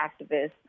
activists